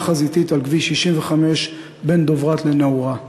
חזיתית על כביש 65 בין דוברת לנעורה.